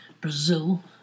Brazil